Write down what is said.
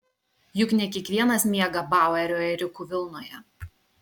juk ne kiekvienas miega bauerio ėriukų vilnoje